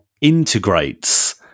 integrates